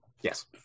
yes